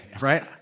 right